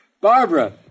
Barbara